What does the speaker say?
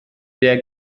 der